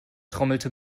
trommelte